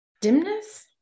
Dimness